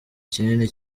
ikinini